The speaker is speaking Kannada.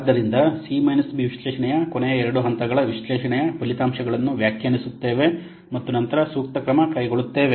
ಆದ್ದರಿಂದ ಸಿ ಬಿ ವಿಶ್ಲೇಷಣೆಯ ಕೊನೆಯ ಎರಡು ಹಂತಗಳು ವಿಶ್ಲೇಷಣೆಯ ಫಲಿತಾಂಶಗಳನ್ನು ವ್ಯಾಖ್ಯಾನಿಸುತ್ತವೆ ಮತ್ತು ನಂತರ ಸೂಕ್ತ ಕ್ರಮ ತೆಗೆದುಕೊಳ್ಳುತ್ತವೆ